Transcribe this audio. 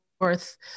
worth